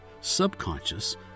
subconscious